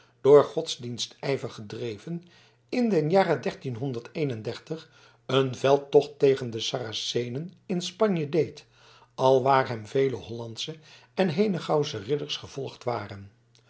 door godsdienstijver gedreven in den jare een veldtocht tegen de saracenen in spanje deed alwaar hem vele hollandsche en henegouwsche ridders gevolgd waren